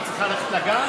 את צריכה ללכת לגן?